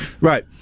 Right